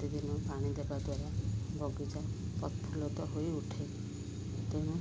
ପ୍ରତଦିନ ପାଣି ଦେବା ଦ୍ୱାରା ବଗିଚା ପ୍ରଫୁଲ୍ଲିତ ହୋଇ ଉଠେ ତେଣୁ